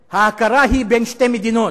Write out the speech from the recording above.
ההכרה היא בין שתי מדינות,